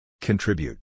Contribute